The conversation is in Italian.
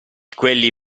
quelli